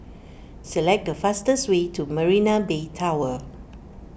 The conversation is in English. select the fastest way to Marina Bay Tower